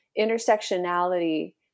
intersectionality